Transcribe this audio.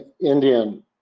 indian